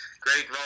Great